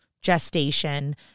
gestation